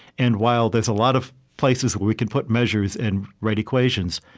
and while there's a lot of places where we can put measures and write equations,